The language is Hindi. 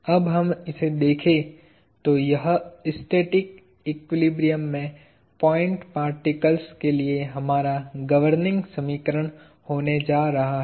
अगर हम इसे देखें तो यह स्टैटिक एक्विलिब्रियम में पॉइंट पार्टिकल्स के लिए हमारा गवर्निंग समीकरण होने जा रहा है